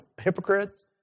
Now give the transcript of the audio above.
hypocrites